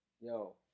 Yo